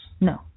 No